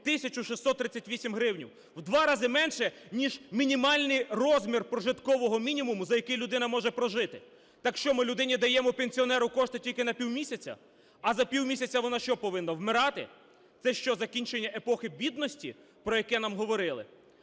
638 гривень в 2 рази менше ніж мінімальний розмір прожиткового мінімуму, за який людина може прожити? Так що ми людині даємо, пенсіонеру, кошти тільки на півмісяця, а за півмісяця вона, що повинна – вмирати? Це що закінчення епохи бідності, про яке нам говорили?